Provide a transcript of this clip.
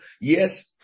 Yes